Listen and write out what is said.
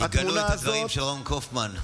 יגנו את הדברים של רון קופמן.